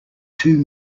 two